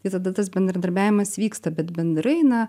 tai ta tas bendradarbiavimas vyksta bet bendrai na